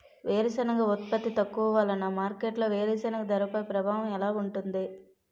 వేరుసెనగ ఉత్పత్తి తక్కువ వలన మార్కెట్లో వేరుసెనగ ధరపై ప్రభావం ఎలా ఉంటుంది?